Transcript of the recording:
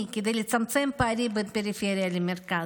כדי לצמצם פערים בין הפריפריה למרכז.